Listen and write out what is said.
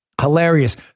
hilarious